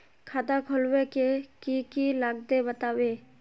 खाता खोलवे के की की लगते बतावे?